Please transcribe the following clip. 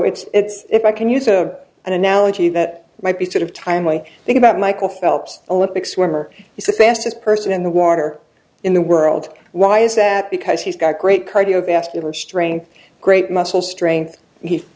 it's if i can use a an analogy that might be sort of timely think about michael phelps olympic swimmer he's the fastest person in the water in the world why is that because he's got great cardiovascular strength great muscle strength he's